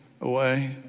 away